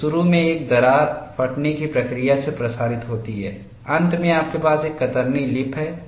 तो शुरू में एक दरार फटने की प्रक्रिया से प्रसारित होती है अंत में आपके पास एक कतरनी लिप है